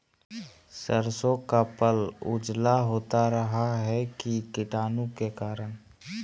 सरसो का पल उजला होता का रहा है की कीटाणु के करण?